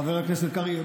חבר הכנסת קרעי,